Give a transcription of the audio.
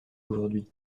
aujourd’hui